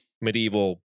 medieval